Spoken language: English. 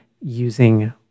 using